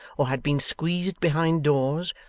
or had been squeezed behind doors,